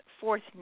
fourth